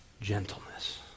Gentleness